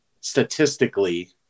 statistically